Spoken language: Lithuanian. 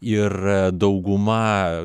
ir dauguma